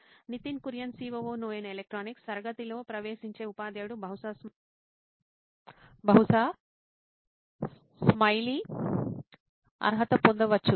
Nitin Kurian COO నోయిన్ electronics తరగతిలో ప్రవేశించే ఉపాధ్యాయుడు బహుశా స్మైలీ అర్హత పొందవచ్చు లేదా